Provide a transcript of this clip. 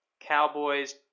Cowboys